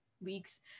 weeks